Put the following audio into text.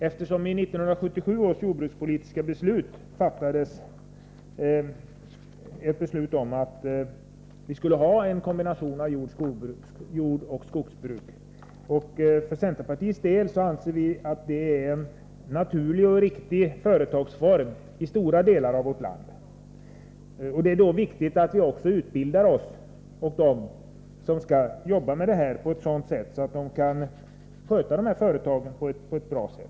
Enligt 1977 års jordbrukspolitiska beslut skall det ju vara en kombination av jordbruk och skogsbruk. Vi från centerpartiet anser att det i stora delar av vårt land är en naturlig och riktig företagsform. Det är därför viktigt att de som skall jobba med sådana här saker får en sådan utbildning att de kan sköta sina företag på ett bra sätt.